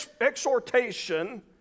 exhortation